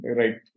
right